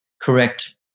correct